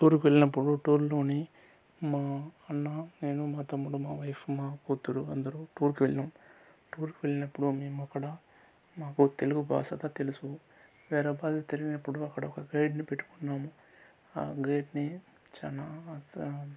టూర్కి వెళ్ళినప్పుడు టూర్లోనే మా అన్న నేను మా తమ్ముడు మామయ్య కూతురు అందరు టూర్కి వెళ్ళినాము టూర్కి వెళ్ళినప్పుడు మేము అక్కడ మాకు తెలుగు భాష దా తెలుసు వేరే భాష తెలియనప్పుడు అక్కడ ఒక గైడ్ని పెట్టుకున్నాము ఆ గైడ్ని చానా సా